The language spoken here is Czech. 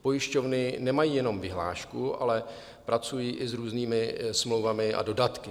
Pojišťovny nemají jenom vyhlášku, ale pracují i s různými smlouvami a dodatky.